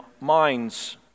minds